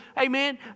amen